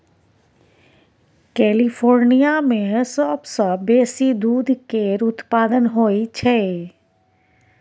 California मे सबसँ बेसी दूध केर उत्पाद होई छै